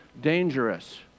dangerous